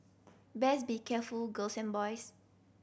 best be careful girls and boys